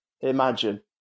Imagine